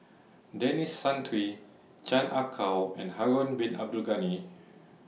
Denis Santry Chan Ah Kow and Harun Bin Abdul Ghani